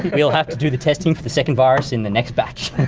we'll have to do the testing for the second virus in the next batch.